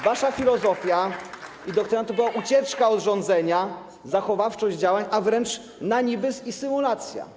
Wasza filozofia i doktryna to były ucieczka od rządzenia, zachowawczość działań, a wręcz nanibyzm i symulacja.